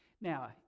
Now